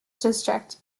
district